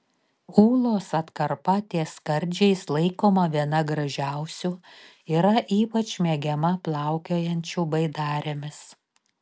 ūlos atkarpa ties skardžiais laikoma viena gražiausių yra ypač mėgiama plaukiojančių baidarėmis